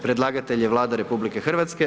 Predlagatelj je Vlada RH.